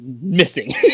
missing